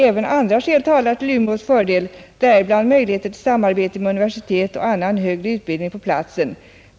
Även andra skäl talar till Umeås fördel, däribland möjligheter till samarbete med universitet och annan högre utbildning på platsen.